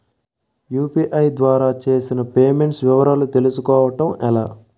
UPI ద్వారా చేసిన payments వివరాలు తెలుసుకోవటం ఎలా?